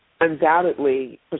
undoubtedly